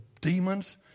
demons